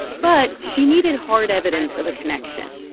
but she needed hard evidence of a connection.